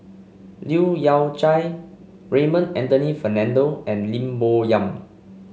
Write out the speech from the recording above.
Leu Yew Chye Raymond Anthony Fernando and Lim Bo Yam